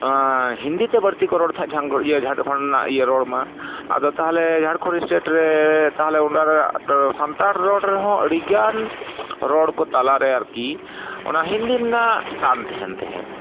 ᱦᱤᱱᱫᱤ ᱛᱮ ᱵᱟᱹᱲᱛᱤ ᱠᱚ ᱨᱚᱲ ᱛᱟᱦᱮᱸᱫ ᱡᱷᱟᱲᱠᱷᱚᱱᱰ ᱨᱮᱱᱟᱜ ᱤᱭᱟᱹ ᱨᱚᱲᱢᱟ ᱟᱫᱚ ᱛᱟᱦᱚᱞᱮ ᱡᱷᱟᱲᱠᱷᱚᱱᱰ ᱥᱴᱮᱴ ᱨᱮ ᱛᱟᱦᱚᱞᱮ ᱚᱱᱟ ᱨᱮᱭᱟᱜ ᱥᱟᱱᱛᱟᱲ ᱨᱚᱲ ᱨᱮᱦᱚᱸ ᱟᱹᱰᱤᱜᱟᱱ ᱨᱚᱲ ᱠᱚ ᱛᱟᱞᱟᱨᱮ ᱟᱨᱠᱤ ᱚᱱᱟ ᱦᱤᱱᱫᱤ ᱨᱮᱱᱟᱜ ᱴᱟᱱ ᱛᱟᱦᱮᱱ ᱛᱟᱦᱮᱸᱫ